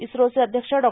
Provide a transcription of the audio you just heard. इस्रोचे अध्यक्ष डॉ